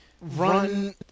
run